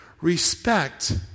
respect